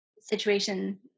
situation